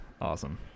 Awesome